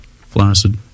flaccid